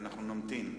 ואנחנו נמתין.